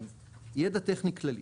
ידע טכני כללי